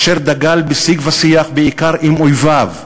אשר דגל בשיג ושיח בעיקר עם אויביו,